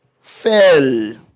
fell